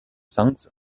songs